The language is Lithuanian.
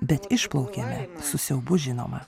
bet išplaukėme su siaubu žinoma